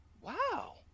wow